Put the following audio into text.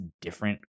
different